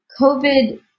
covid